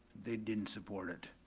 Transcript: they didn't support it.